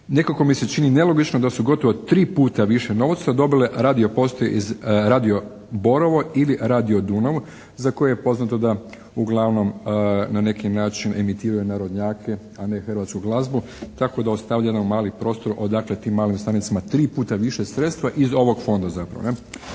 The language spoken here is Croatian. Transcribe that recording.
Nekako mi se čini nelogično da su gotovo 3 puta više novca dobile radio postaje iz Radio Borovo ili Radio Dunav za koje je poznato da uglavnom na neki način emitiraju narodnjake, a ne hrvatsku glazbu, tako da ostavlja jedan mali prostor odakle tim malim stanicama 3 puta više sredstva iz ovog Fonda zapravo.